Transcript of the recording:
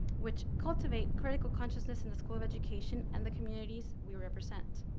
which cultivate critical consciousness in the school of education and the communities we represent.